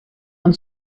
and